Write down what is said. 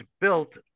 built